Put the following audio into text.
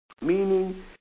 Meaning